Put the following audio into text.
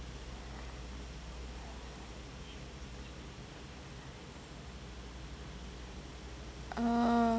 uh